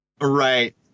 Right